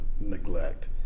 neglect